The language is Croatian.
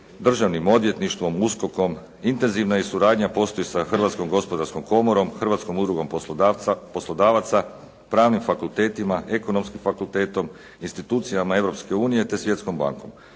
Državnim odvjetništvom, USKOK-om, intenzivna suradnja postoji sa Hrvatskom gospodarskom komorom, Hrvatskom udrugom poslodavaca, pravnim fakultetima, ekonomskim fakultetom, institucijama Europske unije, te Svjetskom bankom.